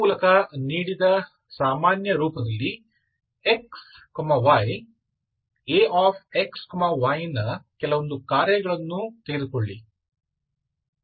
ಈ ಮೂಲಕ ನೀಡಿದ ಸಾಮಾನ್ಯ ರೂಪದಲ್ಲಿxy Ax y ನ ಕೆಲವು ಕಾರ್ಯಗಳನ್ನು ತೆಗೆದುಕೊಳ್ಳಿ